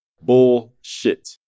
bullshit